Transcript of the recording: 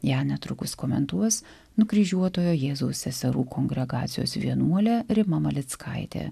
ją netrukus komentuos nukryžiuotojo jėzaus seserų kongregacijos vienuolė rima malickaitė